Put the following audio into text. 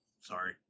sorry